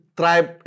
tribe